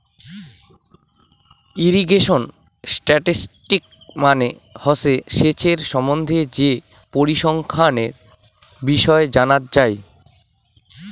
irrigation statistics মানে হসে সেচের সম্বন্ধে যে পরিসংখ্যানের বিষয় জানত যাই